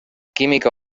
química